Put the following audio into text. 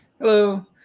Hello